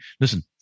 Listen